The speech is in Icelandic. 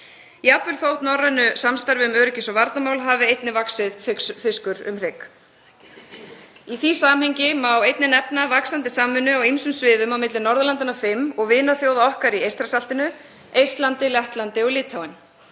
jafnvel þótt norrænu samstarfi um öryggis- og varnarmál hafi einnig vaxið fiskur um hrygg. Í því samhengi má einnig nefna vaxandi samvinnu á ýmsum sviðum milli Norðurlandanna fimm og vinaþjóða okkar í Eystrasaltinu, Eistlandi, Lettlandi og Litháen.